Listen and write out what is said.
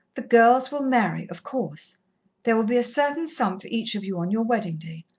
the girls will marry, of course there will be a certain sum for each of you on your wedding-day,